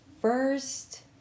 first